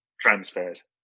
transfers